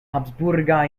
habsburga